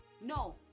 no